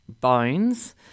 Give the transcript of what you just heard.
bones